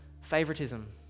favoritism